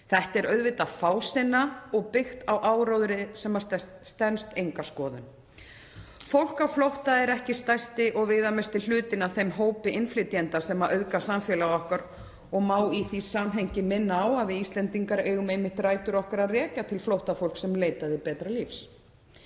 Þetta er auðvitað fásinna og byggt á áróðri sem stenst enga skoðun. Fólk á flótta er ekki stærsti og viðamesti hlutinn af þeim hópi innflytjenda sem auðgar samfélag okkar og má í því samhengi minna á að við Íslendingar eigum einmitt rætur okkar að rekja til flóttafólks sem leitaði betra lífs.